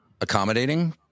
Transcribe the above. accommodating